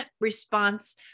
response